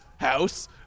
house